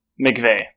McVeigh